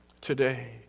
today